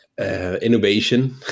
innovation